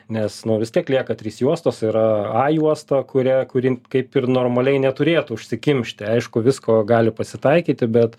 nes vis tiek lieka trys juostos yra a juosta kuria kuri kaip ir normaliai neturėtų užsikimšti aišku visko gali pasitaikyti bet